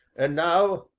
and now,